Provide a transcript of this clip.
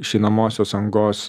išeinamosios angos